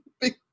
big